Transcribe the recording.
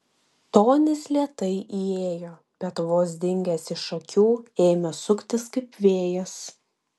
tonis lėtai įėjo bet vos dingęs iš akių ėmė suktis kaip vėjas